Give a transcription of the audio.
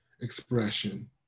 expression